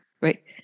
right